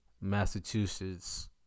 Massachusetts